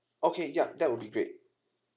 okay yup that would be great